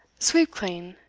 sweepclean,